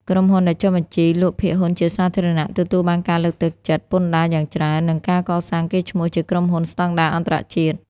ក្រុមហ៊ុនដែលចុះបញ្ជីលក់ភាគហ៊ុនជាសាធារណៈ ទទួលបានការលើកទឹកចិត្តពន្ធដារយ៉ាងច្រើន និងការកសាងកេរ្តិ៍ឈ្មោះជាក្រុមហ៊ុនស្ដង់ដារអន្តរជាតិ។